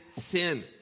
sin